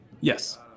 yes